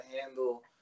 handle